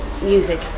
music